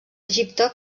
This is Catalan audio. egipte